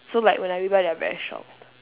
so like when I rebel they are very shocked